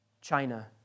China